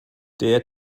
der